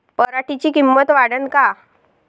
पराटीची किंमत वाढन का?